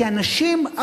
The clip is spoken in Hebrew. כי אנשים,